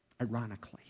ironically